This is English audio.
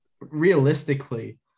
realistically